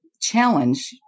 challenge